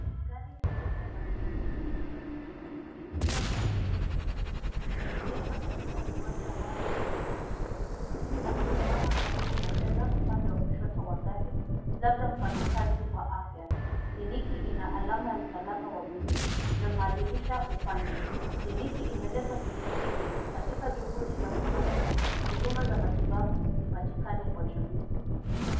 Gari jeupe la kliniki inayotembea, yenye chapa ya Beyond Zero , limeegeshwa katika uwanja wazi wa nyasi. Mtu amesimama karibu na meza upande wa kushoto wa gari, labda mfanyakazi wa afya. Kliniki ina alama ya msalaba wa blue na madirisha upande. Kliniki imeletwa kijijini katika juhudi za kufanya huduma za matibabu zipatikane kwa jamii.